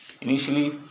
Initially